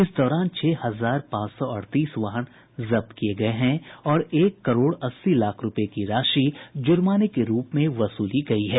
इस दौरान छह हजार पांच सौ अड़तीस वाहन जब्त किये गये हैं और एक करोड़ अस्सी लाख रूपये की राशि जुर्माने के रूप में वसूली गयी है